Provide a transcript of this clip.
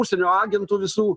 užsienio agentų visų